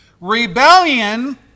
rebellion